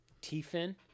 t-fin